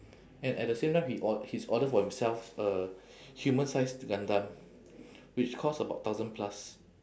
and at the same time he or~ his order for himself a human-sized gundam which costs about thousand plus